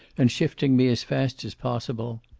and shifting me as fast as possible.